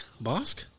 Bosque